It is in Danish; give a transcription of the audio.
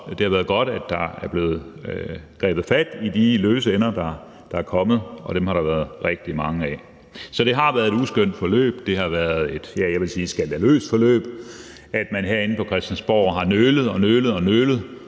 Det har været godt, at der er blevet grebet fat i de løse ender, der har vist sig; dem har der været rigtig mange af. Så det har været et uskønt forløb. Ja, jeg vil sige, at det har været skandaløst, at man herinde på Christiansborg har nølet og nølet. De